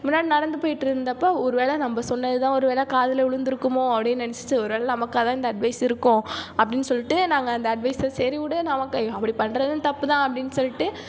முன்னாடி நடந்து போய்கிட்ருந்தப்ப ஒரு வேளை நம்ம சொன்னது தான் ஒரு வேளை காதில் விலுந்துருக்குமோ அப்படினு நினச்சிட்டு ஒரு வேளை நமக்காக தான் இந்த அட்வைஸ் இருக்கும் அப்படினு சொல்லிட்டு நாங்கள் அந்த அட்வைஸை சரி விடு நமக்கு அப்படி பண்ணுறதும் தப்பு தான் அப்படினு சொல்லிட்டு